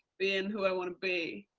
being who i want to be,